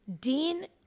Dean